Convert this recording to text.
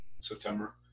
September